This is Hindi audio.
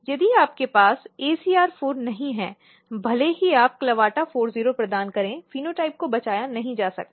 यदि आपके पास ACR4 नहीं है भले ही आप CLAVATA40 प्रदान करें फ़िनोटाइप को बचाया नहीं जा सकता